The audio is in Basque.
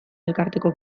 elkarteko